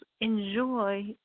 enjoy